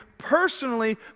personally